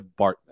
Bartman